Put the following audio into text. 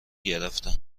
گرفتن